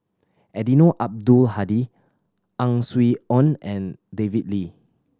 Eddino Abdul Hadi Ang Swee Aun and David Lee